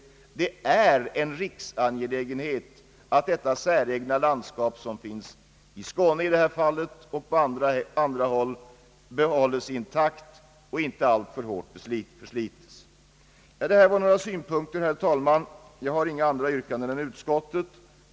Det är en riksangelägenhet att det säregna landskap, som finns i Skåne och även på andra håll, behålles intakt och inte alltför hårt förslites. Detta var några synpunkter, herr talman! Jag har inte något annat yrkande än om bifall till utskottets hemställan.